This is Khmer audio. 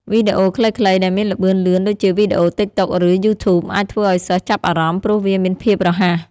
វីដេអូខ្លីៗដែលមានល្បឿនលឿនដូចជាវីដេអូ TikTok ឬ Youtube អាចធ្វើឱ្យសិស្សចាប់អារម្មណ៍ ព្រោះវាមានភាពរហ័ស។